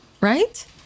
right